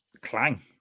Clang